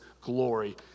glory